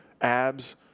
abs